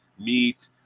meat